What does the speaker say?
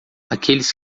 aqueles